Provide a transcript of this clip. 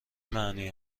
معنی